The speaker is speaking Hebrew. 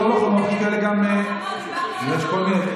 לוחמות, לא לוחמות, יש כל מיני.